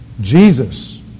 Jesus